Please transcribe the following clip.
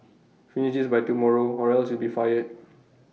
finish this by tomorrow or else you'll be fired